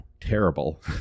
terrible